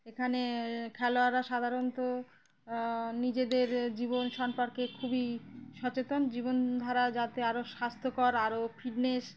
এখানে খেলোয়াড়রা সাধারণত নিজেদের জীবন সম্পর্কে খুবই সচেতন জীবনধারা যাতে আরও স্বাস্থ্যকর আরও ফিটনেস